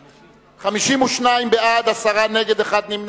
לדיון מוקדם בוועדה שתקבע ועדת הכנסת נתקבלה.